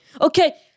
Okay